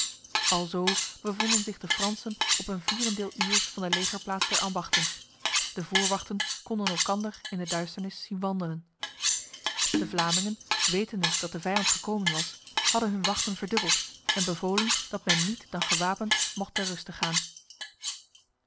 alzo bevonden zich de fransen op een vierendeel uurs van de legerplaats der ambachten de voorwachten konden elkander in de duisternis zien wandelen de vlamingen wetende dat de vijand gekomen was hadden hun wachten verdubbeld en bevolen dat men niet dan gewapend mocht ter ruste gaan